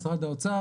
משרד האוצר,